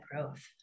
growth